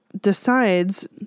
decides